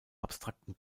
abstrakten